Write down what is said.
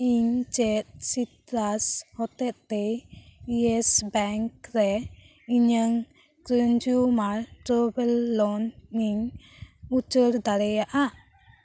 ᱤᱧ ᱪᱮᱫ ᱥᱤᱛᱨᱟᱥ ᱦᱚᱛᱮ ᱛᱮ ᱤᱭᱮᱥ ᱵᱮᱝᱠ ᱨᱮ ᱤᱧᱟᱹᱝ ᱠᱚᱱᱡᱩᱢᱟᱨ ᱰᱚᱨᱵᱮᱞ ᱞᱳᱱ ᱤᱧ ᱩᱪᱟᱹᱲ ᱫᱟᱲᱮᱭᱟᱜᱼᱟ